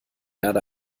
erde